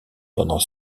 pendant